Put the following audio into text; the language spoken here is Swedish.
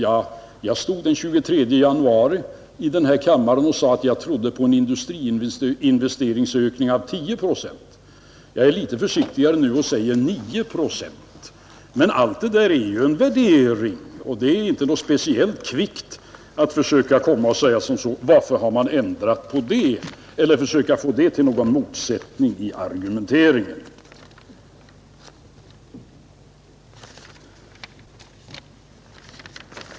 Ja, jag stod den 23 januari i den här kammaren och sade, att jag trodde på en industriinvesteringsökning av 10 procent. Jag är litet försiktigare nu och säger 9 procent. Men allt detta är värderingar och det är inte speciellt kvickt att fråga varför vi har ändrat på det eller att försöka få den ändringen att betyda en motsättning i argumenteringen.